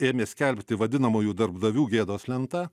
ėmė skelbti vadinamųjų darbdavių gėdos lentą